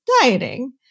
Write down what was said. dieting